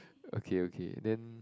okay okay then